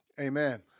Amen